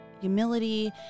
humility